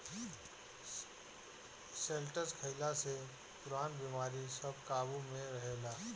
शैलटस खइला से पुरान बेमारी सब काबु में रहेला